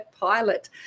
pilot